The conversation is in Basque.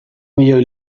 milioi